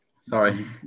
Sorry